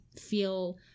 feel